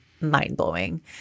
mind-blowing